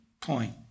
point